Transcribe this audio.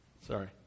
Sorry